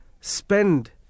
spend